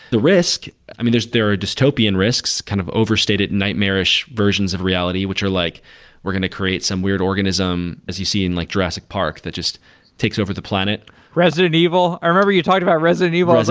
the risk, i mean, there are dystopian risks kind of overstated nightmarish versions of reality, which are like we're going to create some weird organism as you see in like jurassic park that just takes over the planet resident evil. i remember you talking about resident evil. i was